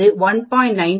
96 க்கு சமம் t என்பது 1